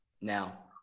Now